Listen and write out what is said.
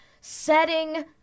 setting